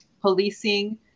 policing